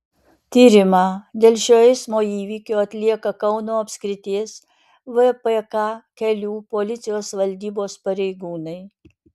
tyrimą dėl šio eismo įvykio atlieka kauno apskrities vpk kelių policijos valdybos pareigūnai